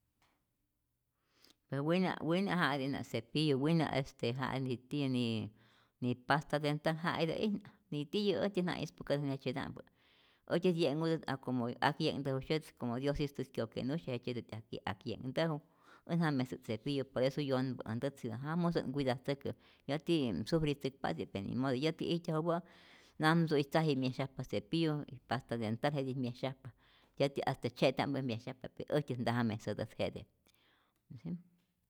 Je wina' wina' ja itä'ijna cepillu, wina' este ja'i nitiyä ni pasta dental, ja itä'ijna nitiyä, äjtyät ja ispäkatä jejtzyet'mpä, äjtyät ye'nhutä't a como ak'ye'nhtäjusyetät como diosistä kyokenusye, jejtzyetät ak ak'ye'nhtäju, äj ja mesä't sepillu por eso yonhpä äj ntätz, ja musä't nkuidatzäkä, yäti sufritzäkpasye't pe ni modo, yäti ijtyajupä'i namtzu y tzaji myesyajpa cepillo pasta dental, jetij myesyajpa yäti hasta tzye'tya'mpä' myesyajpa, pe äjtyä' nta, ja mesätät jete' mjä.